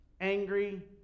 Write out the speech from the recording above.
angry